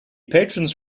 patrons